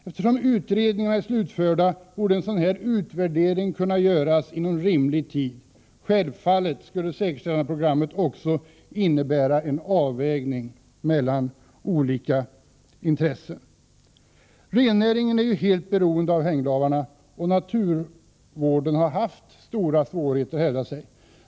Eftersom utredningarna är slutförda borde en sådan här utvärdering kunna göras inom rimlig tid. Självfallet skulle säkerställandeprogrammet också innebära en avvägning mellan olika intressen. Rennäringen är helt beroende av hänglavarna, och naturvården har haft stora svårigheter att hävda sig.